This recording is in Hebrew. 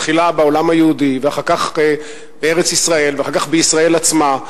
בתחילה בעולם היהודי ואחר כך בארץ-ישראל ואחר כך בישראל עצמה,